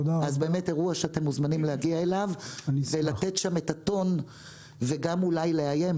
זה אירוע שאתם מוזמנים להגיע אליו ולתת שם את הטון וגם אולי לאיים,